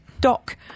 doc